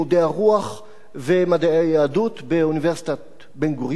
הרוח ומדעי היהדות באוניברסיטאות בן-גוריון,